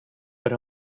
but